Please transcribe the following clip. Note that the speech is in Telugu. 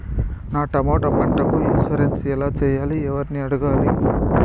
నా టమోటా పంటకు ఇన్సూరెన్సు ఎలా చెయ్యాలి? ఎవర్ని అడగాలి?